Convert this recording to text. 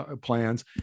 plans